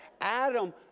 Adam